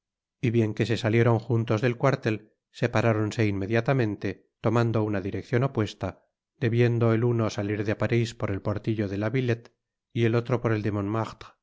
y bien que se salieron juntos del cuartel separáronse inmediatamente to mabdo una direccion opuesta debiendo el uno salir de parís por el portillo de la villette y el otio por el de